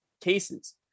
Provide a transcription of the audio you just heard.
cases